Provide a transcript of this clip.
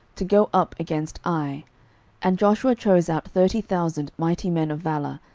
to go up against ai and joshua chose out thirty thousand mighty men of valour,